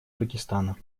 пакистана